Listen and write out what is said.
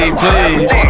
please